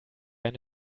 eine